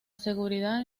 seguridad